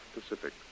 Pacific